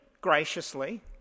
graciously